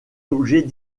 objets